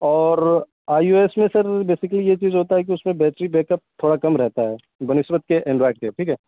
اور I O S میں sir basically یہ چیز ہوتا ہے کہ اس میں بیٹری بیک اپ تھوڑا کم رہتا ہے بہ نسبت کہ انڈرائڈ کے ٹھیک ہے